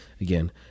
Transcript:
again